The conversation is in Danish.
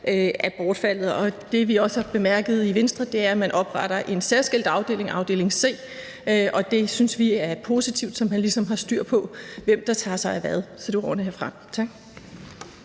er bortfaldet. Og det, vi i Venstre også har bemærket, er, at man opretter en særskilt afdeling, afdeling C – det synes vi er positivt – så man ligesom har styr på, hvem der tager sig af hvad. Så det var ordene herfra. Tak.